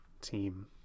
team